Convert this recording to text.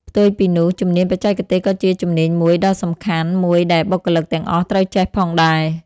ផ្ទុយពីនោះ ជំនាញបច្ចេកទេសក៏ជាជំនាញមួយដល់សំខាន់មួយដែលបុគ្គលិកទាំងអស់ត្រូវចេះផងដែរ។